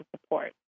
support